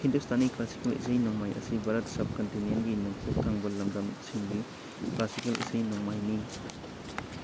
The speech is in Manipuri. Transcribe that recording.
ꯍꯤꯟꯗꯨꯁꯇꯥꯅꯤ ꯀ꯭ꯂꯥꯁꯤꯀꯦꯜ ꯏꯁꯩ ꯅꯣꯡꯃꯥꯏ ꯑꯁꯤ ꯚꯥꯔꯠ ꯁꯕ ꯀꯟꯇꯤꯅꯦꯟꯒꯤ ꯅꯣꯡꯄꯣꯛ ꯊꯪꯕ ꯂꯝꯗꯝꯁꯤꯡꯒꯤ ꯀ꯭ꯂꯥꯁꯤꯀꯦꯜ ꯏꯁꯩ ꯅꯣꯡꯃꯥꯏꯅꯤ